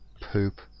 poop